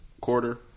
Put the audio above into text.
quarter